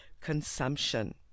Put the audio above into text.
consumption